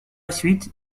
suite